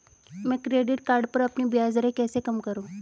मैं credit card पर अपनी ब्याज दरें कैसे कम करूँ?